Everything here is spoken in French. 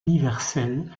universel